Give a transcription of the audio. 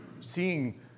seeing